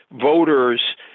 voters